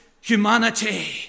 humanity